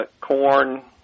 Corn